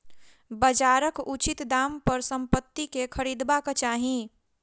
बजारक उचित दाम पर संपत्ति के खरीदबाक चाही